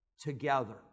together